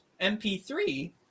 MP3